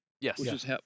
Yes